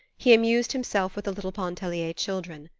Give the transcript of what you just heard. he amused himself with the little pontellier children,